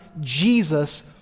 Jesus